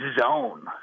zone